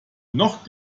noch